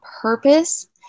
purpose